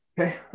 okay